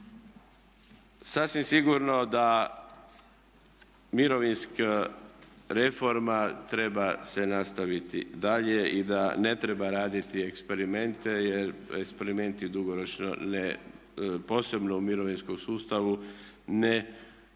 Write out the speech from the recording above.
Sasvim sigurno da mirovinska reforma treba se nastaviti dalje i da ne treba raditi eksperimente jer eksperimenti dugoročno, posebno u mirovinskom sustavu ne rezultiraju